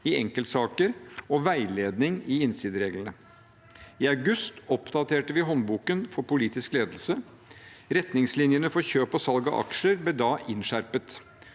i enkeltsaker, og veiledning i innsidereglene. I august oppdaterte vi håndboken for politisk ledelse. Retningslinjene for kjøp og salg av aksjer ble da innskjerpet.